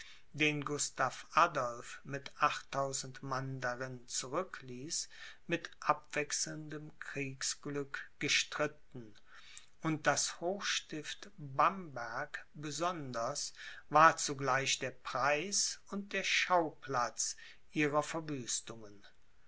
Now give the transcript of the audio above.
den gustav adolph mit achttausend mann darin zurückließ mit abwechselndem kriegsglück gestritten und das hochstift bamberg besonders war zugleich der preis und der schauplatz ihrer